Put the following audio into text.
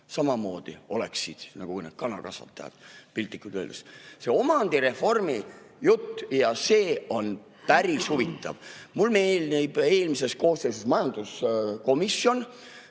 samamoodi oleksid nagu need kanakasvatajad piltlikult öeldes? See omandireformi jutt on päris huvitav. Mulle meeldis eelmises koosseisus majanduskomisjon,